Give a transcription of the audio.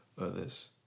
others